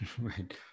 Right